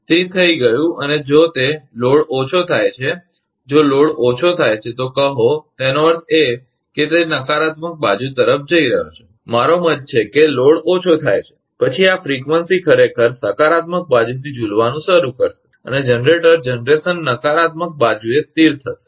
તેથી થઈ ગયું અને જો તે ભારણલોડ ઓછો થાય છે જો ભારલોડ ઓછો થાય છે તો કહો તેનો અર્થ એ કે તે નકારાત્મક બાજુ તરફ જઇ રહ્યો છે મારો મત છે કે ભાર ઓછો થાય છે પછી આ આવર્તનફ્રિકવંસી ખરેખર સકારાત્મક બાજુથી ઝૂલવાનું શરૂ કરશે અને જનરેટર જનરેશન નકારાત્મક બાજુએ સ્થિર થશે